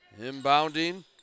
Inbounding